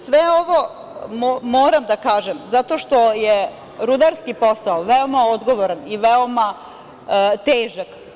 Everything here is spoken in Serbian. Sve ovo moram da kažem zato što je rudarski posao veoma odgovoran i veoma težak.